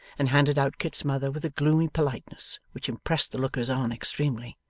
and handed out kit's mother with a gloomy politeness which impressed the lookers-on extremely.